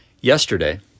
Yesterday